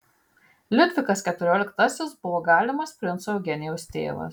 liudvikas keturioliktasis buvo galimas princo eugenijaus tėvas